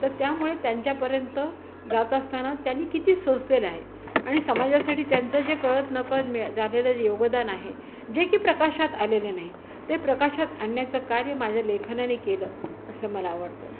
तर त्यामुळे त्यांच्यापर्यंत जात असताना त्यांनी किती सोसलेलं आहे आणि समाजासाठी त्यांचं जे कळत नकळत मिळ झालेलं योगदान आहे जे की प्रकाशात आलेलं नाही ते प्रकाशात आणण्याचं कार्य माझ्या लेखनाने केलं असं मला आवडतं